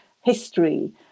history